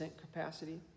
capacity